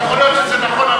יכול להיות שזה נכון,